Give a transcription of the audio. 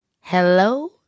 Hello